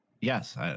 Yes